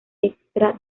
extra